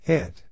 Hit